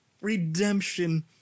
Redemption